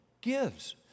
gives